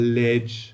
ledge